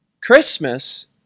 Christmas